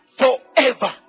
forever